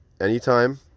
anytime